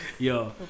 Yo